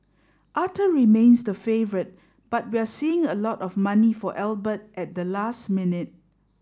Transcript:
Arthur remains the favourite but we're seeing a lot of money for Albert at the last minute